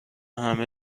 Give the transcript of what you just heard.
همه